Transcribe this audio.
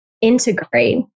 integrate